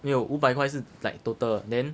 没有五百块是 like total then